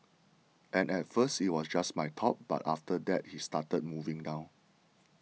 and at first it was just my top but after that he started moving down